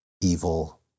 evil